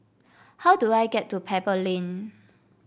how do I get to Pebble Lane